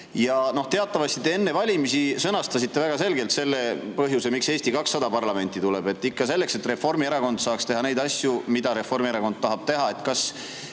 Teatavasti te enne valimisi sõnastasite väga selgelt põhjuse, miks Eesti 200 parlamenti tuleb: ikka selleks, et Reformierakond saaks teha neid asju, mida Reformierakond tahab teha.